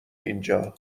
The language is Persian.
اینجا